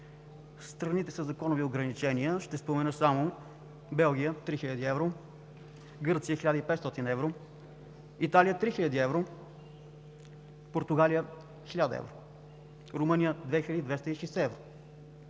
страните със законови ограничения ще спомена само: Белгия – 3000 евро, Гърция – 1500 евро, Италия – 3000 евро, Португалия – 1000 евро, Румъния – 2260 евро,